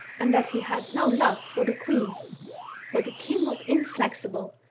and that he had no love for the queen but the king was inflexible,